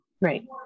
Right